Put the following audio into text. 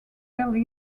eli